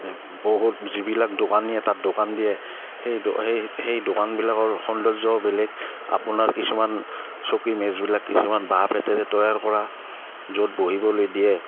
বহুত যিবিলাক দোকানীয়ে তাত দোকান দিয়ে সেই সেই সেই দোকানবিলাকৰ সৌন্দৰ্য বেলেগ আপোনাৰ কিছুমান চকী মেজবিলাক কিছুমান বাঁহ বেতেৰে তৈয়াৰ কৰা য'ত বহিবলৈ দিয়ে